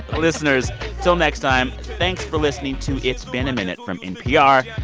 listeners, till next time, thanks for listening to it's been a minute from npr.